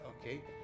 Okay